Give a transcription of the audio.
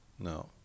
No